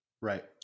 Right